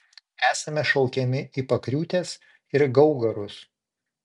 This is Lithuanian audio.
esame šaukiami į pakriūtes ir gaugarus